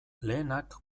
lehenak